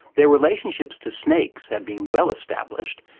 their relationships to snakes have been well established,